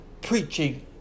preaching